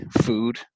Food